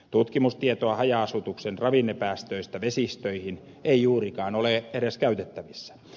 tutkimustietoa haja asutuksen ravinnepäästöistä vesistöihin ei juurikaan ole edes käytettävissä